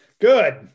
Good